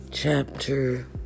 Chapter